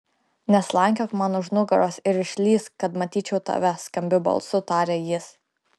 neslankiok man už nugaros ir išlįsk kad matyčiau tave skambiu balsu tarė jis